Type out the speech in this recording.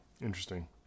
Interesting